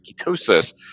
ketosis